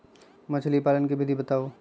मछली पालन के विधि बताऊँ?